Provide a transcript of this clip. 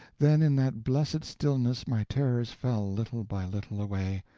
then in that blessed stillness my terrors fell little by little away,